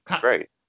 great